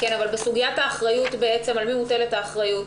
בסוגיית האחריות, על מי מוטלת האחריות?